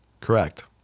Correct